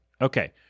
Okay